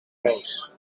roos